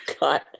God